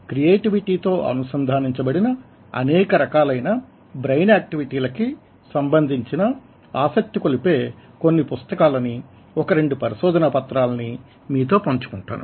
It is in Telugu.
క్రియేటివిటీ తో అనుసంధానించబడిన అనేకరకాలైన బ్రైన్ ఏక్టివిటీలకి సంబంధించిన ఆసక్తి కొలిపే కొన్ని పుస్తకాలనీ ఒక రెండు పరిశోధనా పత్రాలనీ మీతో పంచుకుంటాను